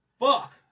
Fuck